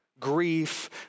grief